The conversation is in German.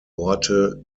orte